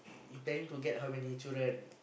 you planning to get how many children